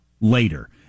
later